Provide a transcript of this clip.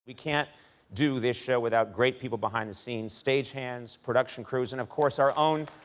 we can't do this show without great people behind the scenes. stage hands, production crews, and of course our own,